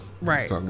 Right